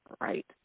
right